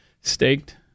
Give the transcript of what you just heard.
staked